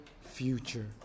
future